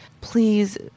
please